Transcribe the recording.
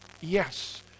Yes